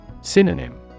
Synonym